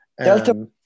Delta